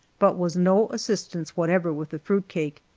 but was no assistance whatever with the fruit cake,